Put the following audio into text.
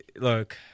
look